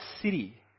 city